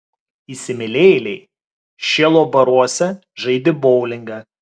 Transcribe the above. įsimylėjėliai šėlo baruose žaidė boulingą